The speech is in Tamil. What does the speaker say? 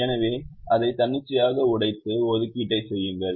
எனவே அதை தன்னிச்சையாக உடைத்து ஒதுக்கீட்டை செய்யுங்கள்